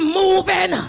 moving